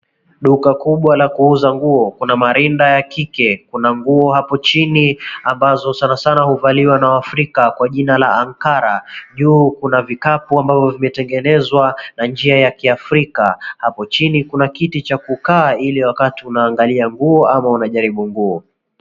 Duka kubwa la kuuza nguo, kuna marinda ya kike, kuna nguo hapo chini ambazo sana sana huvaliwa na waafrika kwa jina la ankara. Juu kuna vikapu ambavyo vimetengenezwa na njia ya kiafrika. Hapo chini kuna kiti cha kukaa ili wakati unaangalia nguo ama unajaribu nguo.